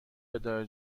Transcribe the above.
اداره